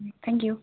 thank you